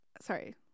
Sorry